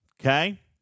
Okay